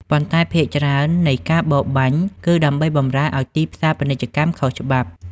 ប៉ុន្តែ ភាគច្រើននៃការបរបាញ់គឺដើម្បីបម្រើឱ្យទីផ្សារពាណិជ្ជកម្មខុសច្បាប់។